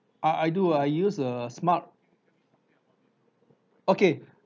I I do ah I use a smart okay